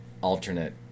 alternate